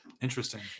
Interesting